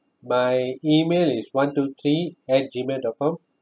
my E-mail is one two three at Gmail dot com